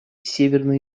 северной